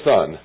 Son